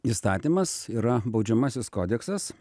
įstatymas yra baudžiamasis kodeksas